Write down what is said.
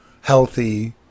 healthy